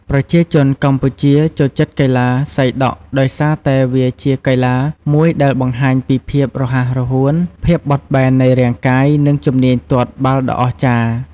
ប្រជាជនកម្ពុជាចូលចិត្តកីឡាសីដក់ដោយសារតែវាជាកីឡាមួយដែលបង្ហាញពី ភាពរហ័សរហួន ភាពបត់បែននៃរាងកាយ និង ជំនាញទាត់បាល់ដ៏អស្ចារ្យ។